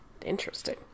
Interesting